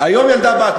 היום היא ילדה בת.